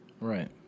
Right